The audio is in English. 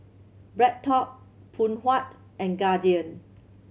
BreadTalk Phoon Huat and Guardian